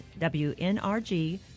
WNRG